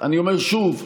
אני אומר שוב,